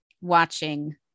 watching